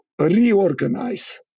reorganize